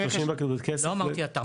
שאנחנו משתמשים בכסף ל- -- לא אמרתי אתה,